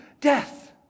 death